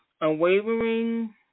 unwavering